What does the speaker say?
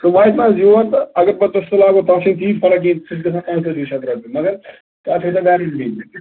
سُہ واتہِ نہَ حظ یورتہٕ اگر پتہِ تتھ سُہ لاگو تتھ چھِ نہٕ کہیٖنٛۍ پرواے کِہیٖنٛۍ سُہ چھُ گژھان پانٛژتٲجی شٮ۪تھ رۄپیہِ مگر تتھ چھےٚ ژٕ گیرنٹی